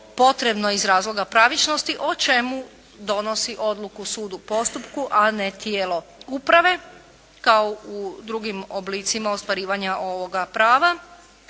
potrebno iz razloga pravičnosti o čemu donosi odluku sud u postupku, a ne tijelo uprave kao u drugim oblicima ostvarivanja ovoga prava.